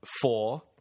four